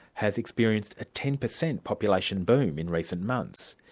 has experienced a ten percent population boom in recent months.